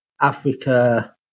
Africa